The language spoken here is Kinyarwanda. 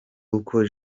uko